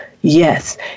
Yes